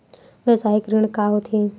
व्यवसायिक ऋण का होथे?